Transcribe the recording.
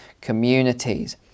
communities